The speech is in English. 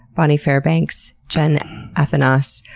bonnie fairbanks, jen athanas,